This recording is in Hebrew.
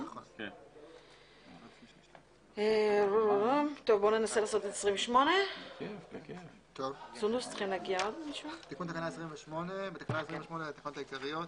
27. 25.תיקון תקנה 28 בתקנה 28 לתקנות העיקריות